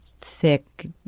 thick